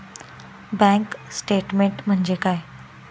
Bank statement म्हणजे काय?